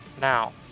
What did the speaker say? Now